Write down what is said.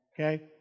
okay